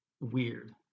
weird